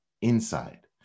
inside